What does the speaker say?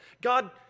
God